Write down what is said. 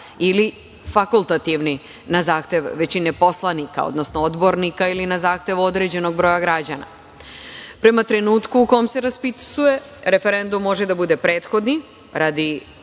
ili fakultativni, na zahteve većine poslanike, odnosno odbornika ili na zahtev određenog broja građana. Prema trenutku u kome se raspisuje referendum, može da bude prethodni, radi